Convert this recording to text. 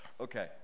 Okay